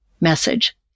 message